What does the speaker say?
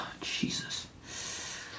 Jesus